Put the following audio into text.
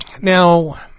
now